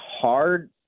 hard